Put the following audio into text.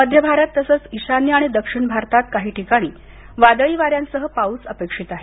मध्य भारत तसंच ईशान्य आणि दक्षिम भारतात काही ठिकाणी वादळी वाऱ्यांसह पाऊस अपेक्षित आहे